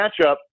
matchup